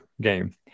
game